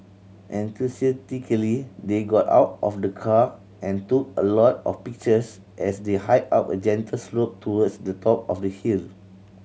enthusiastically they got out of the car and took a lot of pictures as they hiked up a gentle slope towards the top of the hill